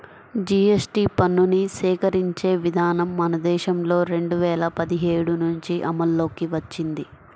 GST పన్నుని సేకరించే విధానం మన దేశంలో రెండు వేల పదిహేడు నుంచి అమల్లోకి వచ్చింది